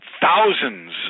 thousands